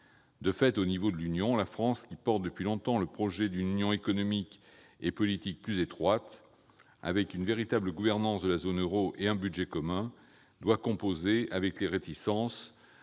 De fait, au niveau de l'Union, la France, qui porte depuis longtemps le projet d'une Union économique et politique plus étroite, avec une véritable gouvernance de la zone euro et un budget commun, doit composer avec les réticences